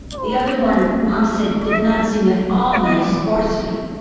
the other one, mom said, did not seem at all nice or sweet.